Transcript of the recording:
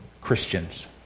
Christians